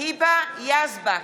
היבה יזבק,